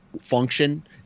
function